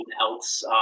else